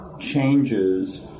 changes